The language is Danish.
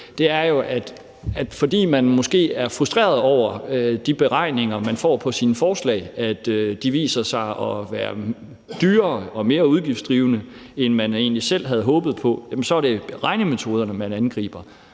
med, er jo, at fordi man måske er frustreret over, at det i de beregninger, man får på sine forslag, viser sig at være dyrere og mere udgiftsdrivende, end man egentlig selv havde håbet på, jamen så er det regnemetoderne, man angriber.